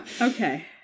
Okay